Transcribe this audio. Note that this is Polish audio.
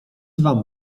wam